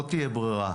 לא תהיה ברירה,